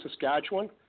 Saskatchewan